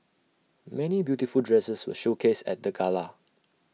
many beautiful dresses were showcased at the gala